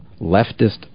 leftist